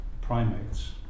primates